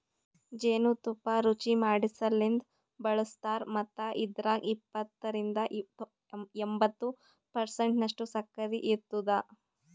ಜೇನು ತುಪ್ಪ ರುಚಿಮಾಡಸಲೆಂದ್ ಬಳಸ್ತಾರ್ ಮತ್ತ ಇದ್ರಾಗ ಎಪ್ಪತ್ತರಿಂದ ಎಂಬತ್ತು ಪರ್ಸೆಂಟನಷ್ಟು ಸಕ್ಕರಿ ಇರ್ತುದ